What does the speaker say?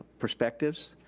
perspectives,